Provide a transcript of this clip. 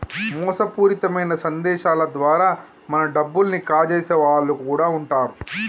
మోసపూరితమైన సందేశాల ద్వారా మన డబ్బుల్ని కాజేసే వాళ్ళు కూడా వుంటరు